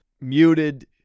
muted